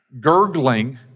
gurgling